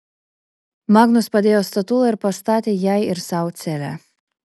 magnus padėjo statulą ir pastatė jai ir sau celę